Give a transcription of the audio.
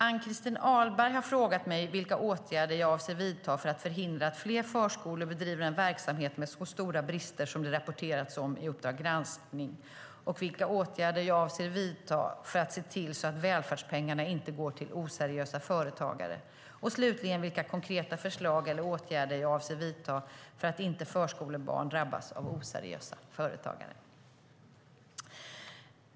Ann-Christine Ahlberg har frågat mig vilka åtgärder jag avser att vidta för att förhindra att fler förskolor bedriver en verksamhet med så stora brister som det rapporterats om i Uppdrag Granskning och vilka åtgärder jag avser att vidta för att se till att välfärdspengarna inte går till oseriösa företagare. Slutligen har hon frågat mig vilka konkreta förslag eller åtgärder jag avser att vidta för att förskolebarn inte ska drabbas av oseriösa företagare.